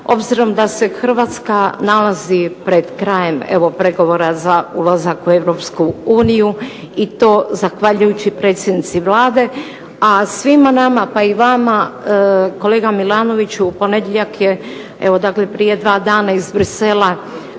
obzirom da se Hrvatska nalazi pred krajem evo pregovora za ulazak u Europsku uniju i to zahvaljujući predsjednici Vlade, a svima nama, pa i vama kolega Milanoviću u ponedjeljak je, evo dakle prije dva dana iz Bruxellesa